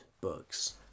books